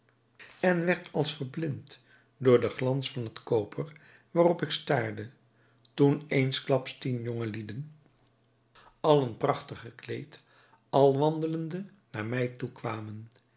en werd als verblind door den glans van het koper waarop ik staarde toen eensklaps tien jongelieden allen prachtig gekleed al wandelende naar mij toekwamen